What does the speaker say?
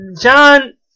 John